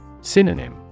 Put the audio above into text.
Synonym